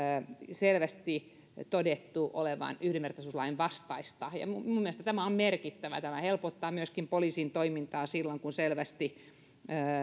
selvästi todettu olevan yhdenvertaisuuslain vastaista minun mielestäni tämä on merkittävää tämä helpottaa myöskin poliisin toimintaa silloin kun selvästi